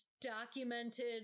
documented